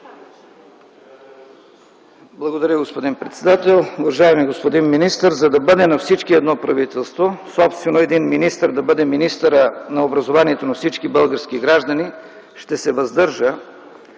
Благодаря, господин председател. Уважаеми господин министър! За да бъде на всички едно правителство, собствено един министър да бъде министърът на образованието на всички български граждани, ще се въздържа